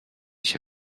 się